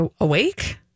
awake